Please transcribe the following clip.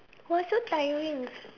!woah! so tiring it's